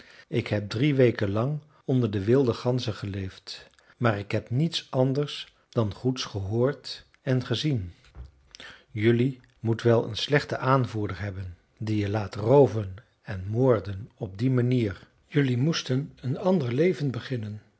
ik heb drie weken lang onder de wilde ganzen geleefd maar ik heb niets anders dan goeds gehoord en gezien jelui moet wel een slechten aanvoerder hebben die je laat rooven en moorden op die manier jelui moesten een ander leven beginnen